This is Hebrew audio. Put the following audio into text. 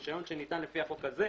רישיון שניתן לפי החוק הזה,